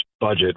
budget